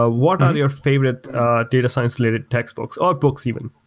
ah what are your favorite data science related textbooks? or books even?